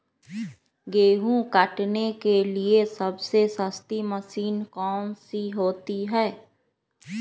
गेंहू काटने के लिए सबसे सस्ती मशीन कौन सी होती है?